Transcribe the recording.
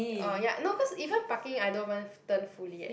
oh ya no cause even parking I don't even turn fully eh